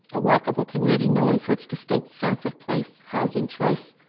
a walkable community known for its distinct sense of place, housing choice,